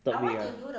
top view garden